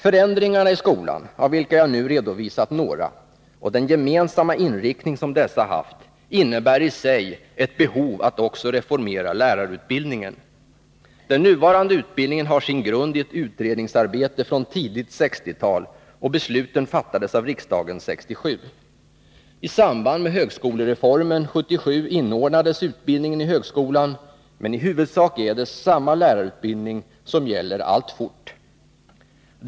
Förändringarna i skolan, av vilka jag nu redovisat några, och den gemensamma inriktning som dessa haft innebär i sig ett behov av att också reformera lärarutbildningen. Den nuvarande utbildningen har sin grund i ett utredningsarbete från tidigt 1960-tal, och besluten fattades av riksdagen 1967. I samband med högskolereformen 1977 inordnades utbildningen i högskolan, men i huvudsak är det samma lärarutbildning som gäller alltfort.